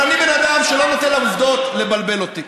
אבל אני בן אדם שלא נותן לעובדות לבלבל אותו,